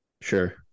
Sure